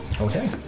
Okay